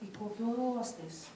į kokį oro uostą jis